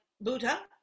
Buddha